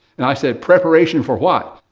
and i said, preparation for what?